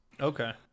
Okay